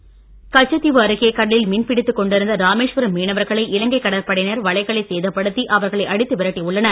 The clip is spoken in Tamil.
மீனவர்கள் கச்சத்தீவு அருகே கடலில் மீன் பிடித்துக் கொண்டிருந்த ராமேஸ்வரம் மீனவர்களை இலங்கை கடற்படையினர் வலைகளை சேதப்படுத்தி அவர்களை அடித்து விரட்டி உள்ளனர்